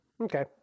Okay